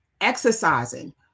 exercising